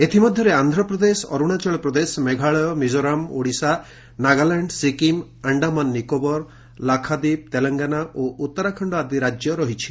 ଏଥିମଧ୍ୟରେ ଆନ୍ଧ୍ରପ୍ରଦେଶ ଅରୁଣାଚଳପ୍ରଦେଶ ମେଘଳୟ ମିଜୋରାମ ଓଡ଼ିଶା ନାଗାଲାଣ୍ଡ ସିକିମ୍ ଆଣ୍ଡାମାନ ନିକୋବର ଲାକ୍ଷାଦ୍ୱୀପ ତେଲଙ୍ଗାନା ଓ ଉତ୍ତରାଖଣ୍ଡ ଆଦି ରାଜ୍ୟ ରହିଛି